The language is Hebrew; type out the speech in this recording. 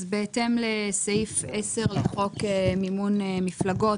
אז בהתאם לסעיף 10 לחוק מימון מפלגות,